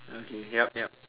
okay yup yup